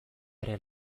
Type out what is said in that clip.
ere